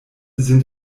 sind